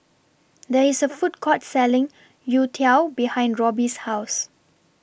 There IS A Food Court Selling Youtiao behind Robbie's House